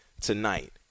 tonight